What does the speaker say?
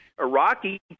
Iraqi